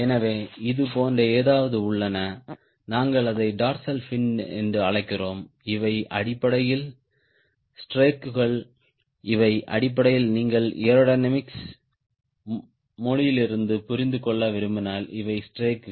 எனவே இது போன்ற ஏதாவது உள்ளன நாங்கள் அதை டார்சல் ஃபின் என்று அழைக்கிறோம் இவை அடிப்படையில் ஸ்ட்ரேக்குகள் இவை அடிப்படையில் நீங்கள் ஏரோடைனமிக்ஸ் மொழியிலிருந்து புரிந்து கொள்ள விரும்பினால் இவை ஸ்ட்ரேக்குகள்